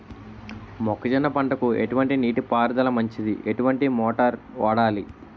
మొక్కజొన్న పంటకు ఎటువంటి నీటి పారుదల మంచిది? ఎటువంటి మోటార్ వాడాలి?